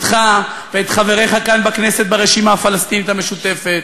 אותך ואתך חבריך כאן בכנסת ברשימה הפלסטינית המשותפת,